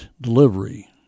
delivery